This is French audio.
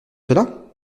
cela